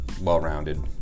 well-rounded